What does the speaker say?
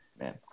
Man